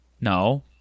No